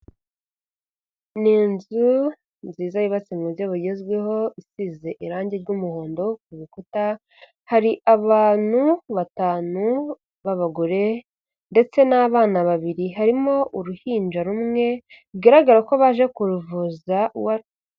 Ni inzu nziza yubatse mu buryo bugezweho isize irangi ry'umuhondo ku rukuta, hari abantu batanu b'abagore ndetse n'abana babiri, harimo uruhinja rumwe bigaragara ko baje kuruvuza wa....